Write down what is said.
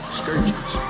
scourges